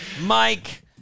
Mike